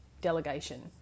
delegation